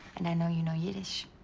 and i know you know yiddish.